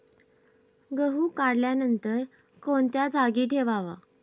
गहू काढल्यानंतर कोणत्या जागी ठेवावा?